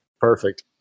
Perfect